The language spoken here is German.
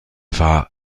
war